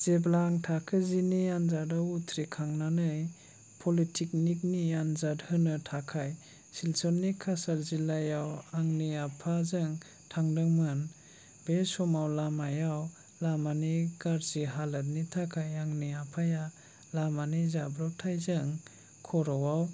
जेब्ला आं थाखो जिनि आन्जादाव उथ्रिखांनानै पलिटेकनिकनि आन्जाद होनो थाखाय सिलचरनि काछार जिल्लायाव आंनि आफाजों थांदोंमोन बे समाव लामायाव लामानि गाज्रि हालोदनि थाखाय आंनि आफाया लामानि जाब्रबथायजों खर'आव